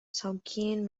saugeen